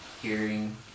hearing